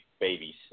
babies